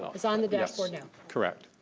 ah it's on the dashboard now? correct.